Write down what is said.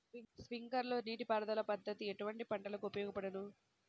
Sprinkler నీటిపారుదల పద్దతి ఎటువంటి పంటలకు ఉపయోగపడును?